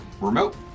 Remote